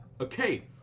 Okay